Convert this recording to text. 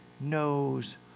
knows